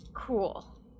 Cool